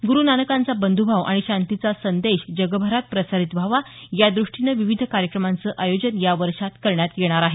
गुरु नानकांचा बंधुभाव आणि शांतीचा संदेश जगभरात प्रसारित व्हावा यादृष्टीनं विविध कार्यक्रमांचं आयोजन या वर्षात करण्यात येणार आहे